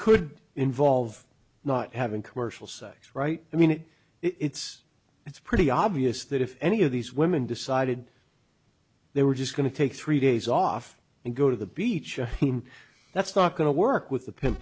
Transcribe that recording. could involve not having commercial sex right i mean it it's it's pretty obvious that if any of these women decided they were just going to take three days off and go to the beach that's not going to work with the p